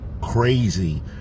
crazy